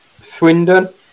Swindon